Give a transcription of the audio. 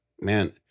man